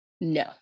No